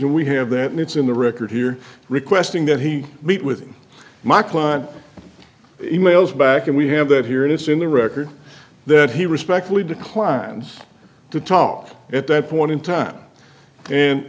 and we have that and it's in the record here requesting that he meet with my client e mails back and we have that here it's in the record that he respectfully declined to talk at that point in time and